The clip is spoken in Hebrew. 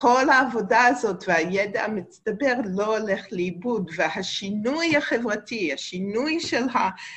כל העבודה הזאת והידע המצטבר לא הולך לאיבוד והשינוי החברתי, השינוי של ה...